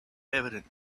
evident